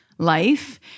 life